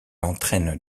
entraîne